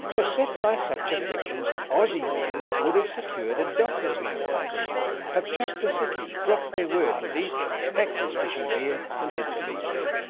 beset by such afflictions, aussie men would have secured a doctor's note by then have chucked a sickie, dropped their work and each have packed his fishing gear and hit the beach.